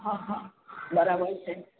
હ હ બરાબર છે